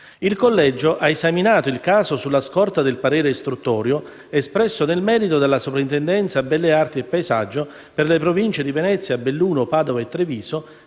Il Collegio ha esaminato il caso sulla scorta del parere istruttorio espresso nel merito dalla Soprintendenza belle arti e paesaggio per le Province di Venezia, Belluno, Padova e Treviso,